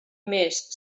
més